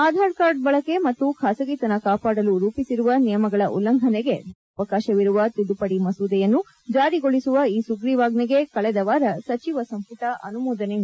Aadhaar card ಬಳಕೆ ಮತ್ತು ಖಾಸಗಿತನ ಕಾಪಾಡಲು ರೂಪಿಸಿರುವ ನಿಯಮಗಳ ಉಲ್ಲಂಘನೆಗೆ ದಂಡ ವಿಧಿಸಲು ಅವಕಾಶವಿರುವ ತಿದ್ದುಪಡಿ ಮಸೂದೆಯನ್ನು ಜಾರಿಗೊಳಿಸುವ ಈ ಸುಗ್ರೀವಾಜ್ಷೆಗೆ ಕಳೆದವಾರ ಸಚಿವ ಸಂಪುಟ ಅನುಮೋದನೆ ನೀಡಿತ್ತು